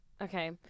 okay